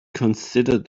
considered